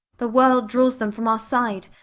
the world draws them from our side,